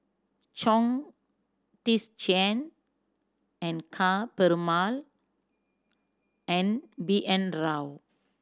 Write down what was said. Chong Tze Chien and Ka Perumal and B N Rao